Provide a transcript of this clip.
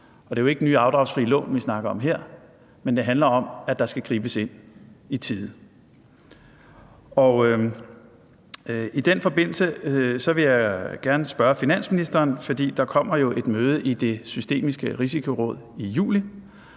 Det er jo ikke nye afdragsfrie lån, vi snakker om her, men det handler om, at der skal gribes ind i tide. Og i den forbindelse vil jeg gerne spørge finansministeren om noget. Der kommer jo et møde i Det Systemiske Risikoråd i juli,